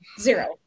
zero